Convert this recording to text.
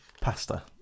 pasta